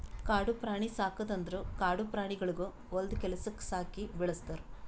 ಕಾಡು ಪ್ರಾಣಿ ಸಾಕದ್ ಅಂದುರ್ ಕಾಡು ಪ್ರಾಣಿಗೊಳಿಗ್ ಹೊಲ್ದು ಕೆಲಸುಕ್ ಸಾಕಿ ಬೆಳುಸ್ತಾರ್